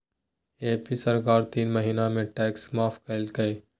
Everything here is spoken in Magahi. एम.पी सरकार तीन महीना के टैक्स माफ कइल कय